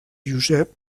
josep